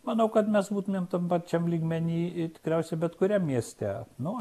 manau kad mes būtumėm tam pačiam lygmeny tikriausiai bet kuriam mieste nu